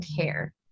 care